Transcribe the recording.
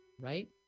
right